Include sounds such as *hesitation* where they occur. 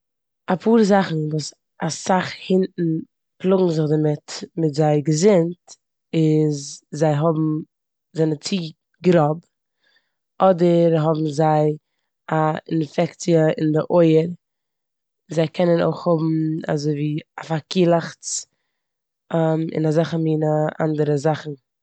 אפאר זאכן וואס אסאך הונט פלאגן זיך דערמיט מיט זייער געזונט איז זיי האבן- זיי זענען צי גראב, אדער האבן זיי א אינפעקציע און די אויער. זיי קענען אויך האבן אזויווי א פארקילעכץ *hesitation* און אזעלכע מינע אנדערע זאכן.